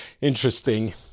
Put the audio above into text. Interesting